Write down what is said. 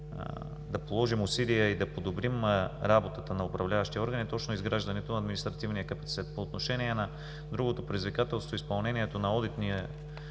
да положим усилия и да подобрим работата на управляващия орган, е точно изграждането на административния капацитет. По отношение на другото предизвикателство – изпълнението на